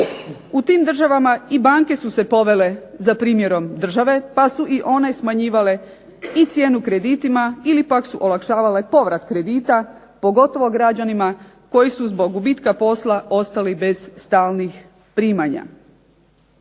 U tim državama i banke su se povele za primjerom države pa su i one smanjivale i cijenu kreditima ili pak su olakšavale povrat kredita, pogotovo građanima koji su zbog gubitka posla ostali bez stalnih primanja.